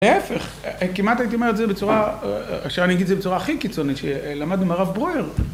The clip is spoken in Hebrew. להיפך, כמעט הייתי אומר את זה בצורה, עכשיו אני אגיד זה בצורה הכי קיצונית, שלמד עם הרב ברויאר.